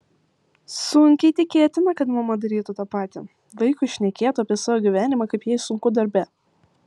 sunkiai tikėtina kad mama darytų tą patį vaikui šnekėtų apie savo gyvenimą kaip jai sunku darbe